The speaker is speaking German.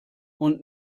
und